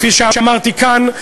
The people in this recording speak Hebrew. כפי שאמרתי כאן,